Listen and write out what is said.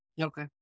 Okay